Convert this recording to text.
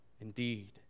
indeed